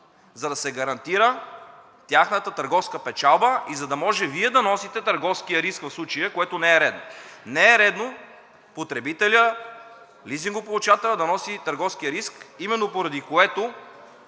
за да се гарантира тяхната търговска печалба и за да може Вие да носите търговския риск в случая, което не е редно. Не е редно потребителят, лизингополучателят да носи търговския риск, именно поради което